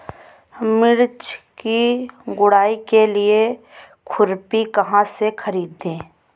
मिर्च की गुड़ाई के लिए खुरपी कहाँ से ख़रीदे?